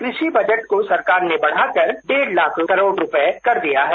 कृषि बजट को सरकार ने बढ़ाकर डेढ़ लाख करोड़ रुपए कर दिया है